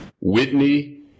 Whitney